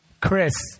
Chris